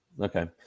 Okay